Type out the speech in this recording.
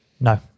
no